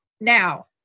now